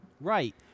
Right